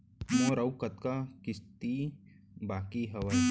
मोर अऊ कतका किसती बाकी हवय?